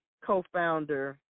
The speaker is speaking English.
co-founder